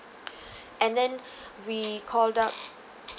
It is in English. and then we called up